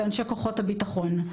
ואנשי כוחות הביטחון.